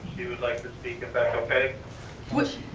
she would like to speak if that's okay?